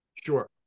Sure